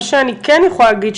מה שאני כן יכולה להגיד,